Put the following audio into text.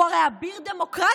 הוא הרי אביר דמוקרטיה,